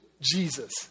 Jesus